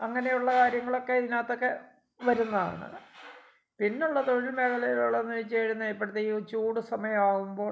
അങ്ങനെ ഉള്ള കാര്യങ്ങളൊക്കെ ഇതിനകത്തൊക്കെ വരുന്നതാണ് പിന്നെ ഉള്ളത് തൊഴിൽ മേഖലയിലുള്ളതെന്ന് വച്ച് കഴിഞ്ഞാൽ ഇപ്പോഴത്തെ ഈ ചൂട് സമയം ആവുമ്പോൾ